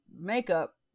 Makeup